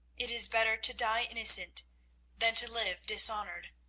it is better to die innocent than to live dishonoured.